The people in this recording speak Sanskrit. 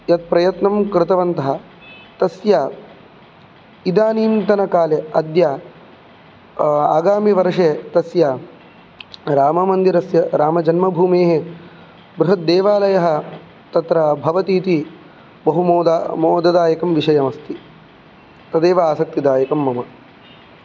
यत्प्रयत्नं कृतवन्तः तस्य इदानींतनकाले अद्य आगामिवर्षे तस्य राममन्दिरस्य रामजन्मभूमेः बृहद्देवालयः तत्र भवति इति बहुमोदा मोददायकं विषयमस्ति तदेव आसक्तिदायकं मम